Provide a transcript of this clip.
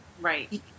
Right